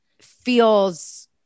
feels